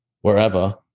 wherever